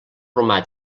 romà